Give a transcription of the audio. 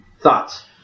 Thoughts